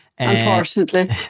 Unfortunately